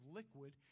liquid